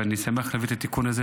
ואני שמח להביא את התיקון הזה,